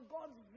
God's